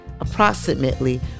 approximately